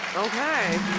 okay.